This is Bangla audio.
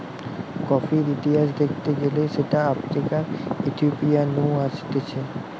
কফির ইতিহাস দ্যাখতে গেলে সেটা আফ্রিকার ইথিওপিয়া নু আসতিছে